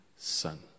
Son